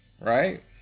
Right